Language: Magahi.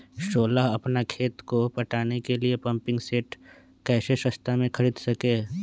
सोलह अपना खेत को पटाने के लिए पम्पिंग सेट कैसे सस्ता मे खरीद सके?